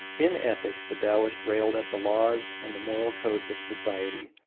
in ethics the taoist railed at the laws and the moral codes of society,